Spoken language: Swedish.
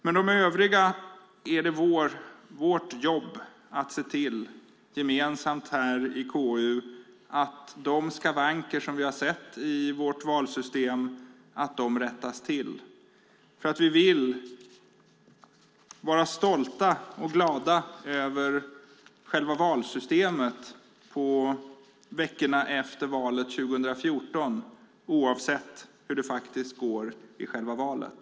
Det är vårt jobb att gemensamt i KU se till att de skavanker som vi har sett i vårt valsystem rättas till. Vi vill vara stolta och glada över valsystemet veckorna efter valet 2014 oavsett hur det faktiskt går i själva valet.